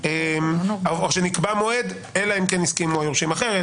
או שנקבע מועד אבל נגיד "אלא אם כן הסכימו היורשים אחרת",